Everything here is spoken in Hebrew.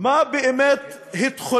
לא קיבל